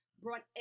brought